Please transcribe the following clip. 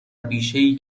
بیشهای